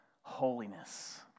holiness